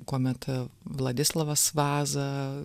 kuomet vladislovas vaza